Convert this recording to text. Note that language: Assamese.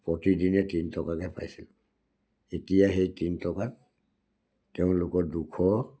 প্ৰতি দিনে তিনি টকাকৈ পাইছিলোঁ এতিয়া সেই তিনি টকাত তেওঁলোকৰ দুশ